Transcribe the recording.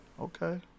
Okay